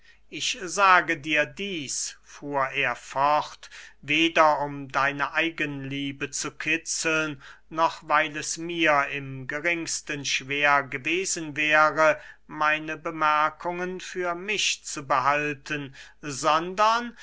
ich sage dir dieß fuhr er fort weder um deine eigenliebe zu kitzeln noch weil es mir im geringsten schwer gewesen wäre meine bemerkungen für mich zu behalten sondern